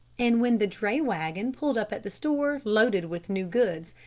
and when the dray wagon pulled up at the store, loaded with new goods,